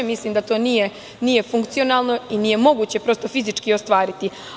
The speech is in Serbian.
Mislim da to nije funkcionalno i nije moguće fizički ostvariti.